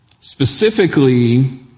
Specifically